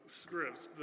scripts